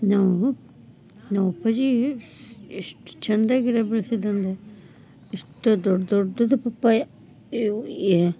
ನಾವು ನಮ್ಮಪ್ಪಾಜಿ ಎಷ್ಟು ಚೆಂದ ಗಿಡ ಬೆಳೆಸಿದಂದ್ರೆ ಎಷ್ಟು ದೊಡ್ಡ ದೊಡ್ಡದು ಪಪ್ಪಾಯ ಇವು